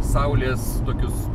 saulės tokius